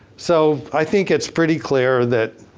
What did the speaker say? so, i think it's pretty clear that,